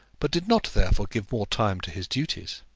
but did not, therefore, give more time to his duties.